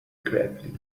gravely